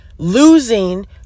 losing